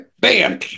Bam